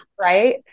Right